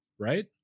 right